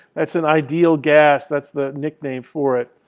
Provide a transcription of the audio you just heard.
that's an ideal gas. that's the nickname for it.